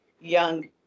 young